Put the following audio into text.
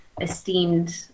esteemed